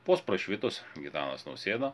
vos prašvitus gitanas nausėda